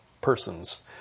persons